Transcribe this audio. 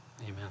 amen